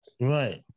Right